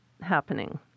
happening